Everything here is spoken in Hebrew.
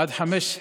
עד 17:00,